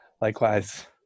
Likewise